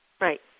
Right